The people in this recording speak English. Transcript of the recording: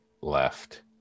left